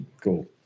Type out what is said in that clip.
cool